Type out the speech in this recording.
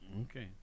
Okay